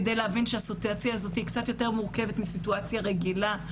כדי להבין שהסיטואציה הזאת קצת יותר מורכבת מסיטואציה רגילה.